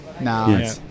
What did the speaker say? No